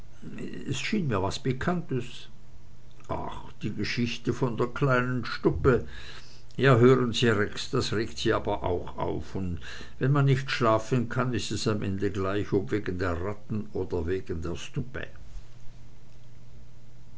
es schien mir was pikantes ach die geschichte von der kleinen stubbe ja hören sie rex das regt sie aber auch auf und wenn man nicht schlafen kann ist es am ende gleich ob wegen der ratten oder wegen der stubbe